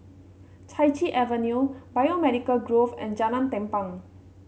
Chai Chee Avenue Biomedical Grove and Jalan Tampang